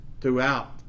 throughout